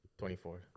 24